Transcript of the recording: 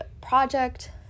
project